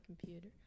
computer